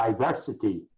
diversity